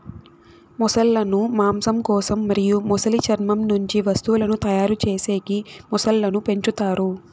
మొసళ్ళ ను మాంసం కోసం మరియు మొసలి చర్మం నుంచి వస్తువులను తయారు చేసేకి మొసళ్ళను పెంచుతారు